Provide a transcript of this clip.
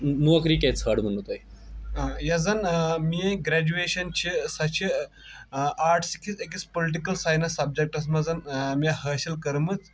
نوکری کیٛاِزِ ژھٲنٛڑوٕ نہٕ تۄہہ یۄس زن میٲنۍ گریجویشن چھِ سۄ چھِ آرٹٕس کِس أکِس پُلٹکل ساینس سبجیٚکٹس منزن مےٚ حٲصِل کٔرمٕژ